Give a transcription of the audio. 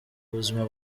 ubuzima